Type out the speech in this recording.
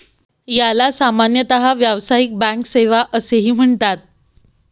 याला सामान्यतः व्यावसायिक बँक सेवा असेही म्हणतात